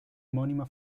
omonima